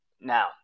Now